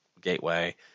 gateway